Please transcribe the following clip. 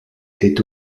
est